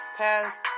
past